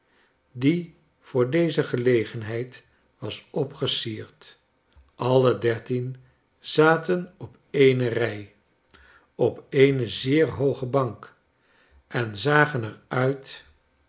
die voor deze gelegenheid was opgesierd alle dertien zaten op eene rij op eene zeer hooge bank en zagen er uit